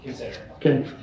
Okay